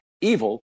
evil